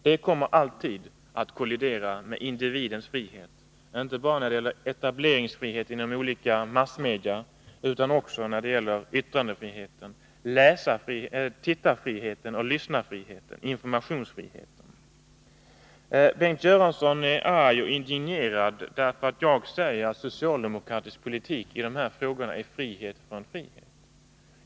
Detta kommer alltid att kollidera med individens frihet, inte bara när det gäller etableringsfrihet inom olika massmedia, utan också när det gäller yttrandefriheten, läsarfriheten, tittarfriheten och lyssnarfriheten — kort sagt informationsfriheten. Bengt Göransson är arg och indignerad därför att jag säger att socialdemokratisk politik i dessa frågor är frihet från frihet.